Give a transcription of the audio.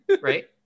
right